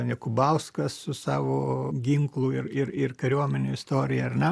jakubauskas su savo ginklų ir ir ir kariuomenių istorija ar ne